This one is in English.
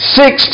six